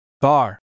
bar